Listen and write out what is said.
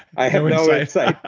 i have no insight.